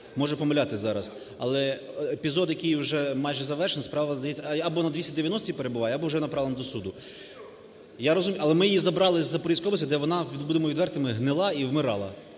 можу помилятись зараз, але епізод, який уже майже завершений, справа здається або на 290-й перебуває, або направлена до суду. Я розумію… але ми її забрали з Запорізької області, де вона, будемо відвертими, гнила і вмирала.